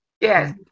Yes